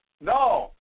No